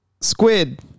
squid